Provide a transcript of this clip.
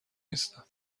نیستم